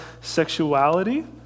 sexuality